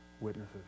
Witnesses